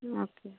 okay